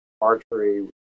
archery